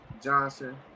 Johnson